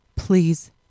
please